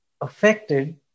affected